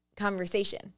conversation